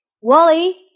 Wally